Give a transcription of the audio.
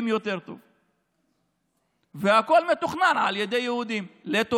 חבר